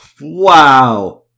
Wow